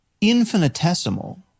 infinitesimal